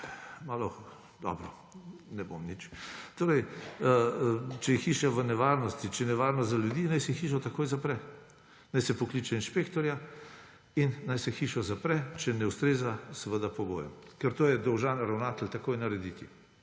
malo … Dobro, ne bom nič. Torej, če je hiša v nevarnosti, če je nevarnost za ljudi, naj se hišo takoj zapre. Naj se pokliče inšpektorja in naj se hišo zapre, če ne ustreza pogojem. Ker to je dolžan ravnatelj takoj narediti.